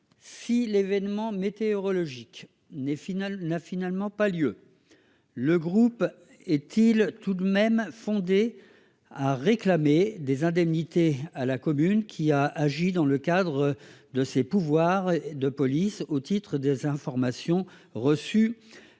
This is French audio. Si l'événement météorologique n'a finalement pas lieu, le groupe est-il tout de même fondé à réclamer des indemnités à la commune qui a agi dans le cadre de ses pouvoirs de police au titre des informations reçues